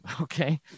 okay